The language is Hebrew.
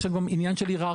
יש גם עניין של הירארכיה.